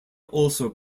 also